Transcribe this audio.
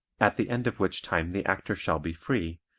at the end of which time the actor shall be free,